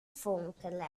fonkelen